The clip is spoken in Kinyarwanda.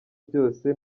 byose